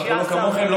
אנחנו לא כמוכם.